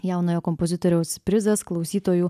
jaunojo kompozitoriaus prizas klausytojų